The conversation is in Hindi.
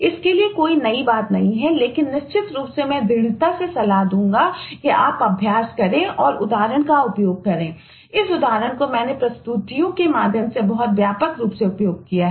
इसके लिए कोई नई बात नहीं है लेकिन निश्चित रूप से मैं दृढ़ता से सलाह दूंगा कि आप अभ्यास करें और उदाहरणों का उपयोग करें इस उदाहरण को मैंने प्रस्तुतियों के माध्यम से बहुत व्यापक रूप से उपयोग किया है